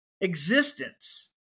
existence